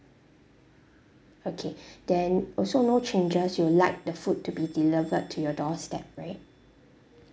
okay then also no changes you'll like the food to be delivered to your doorstep right